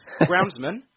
groundsman